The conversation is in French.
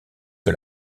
que